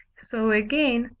so, again,